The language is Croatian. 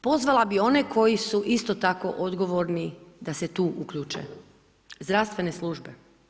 Pozvala bi one koji su isto tako odgovorni da se tu uključe, zdravstvene službe.